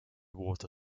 water